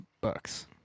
Bucks